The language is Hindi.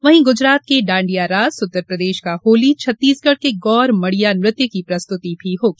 वहीं गुजरात के डांडिया रास उत्तर प्रदेश का होली छत्तीसगढ़ के गौर मड़िया नृत्य की प्रस्तुति भी होगी